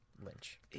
Lynch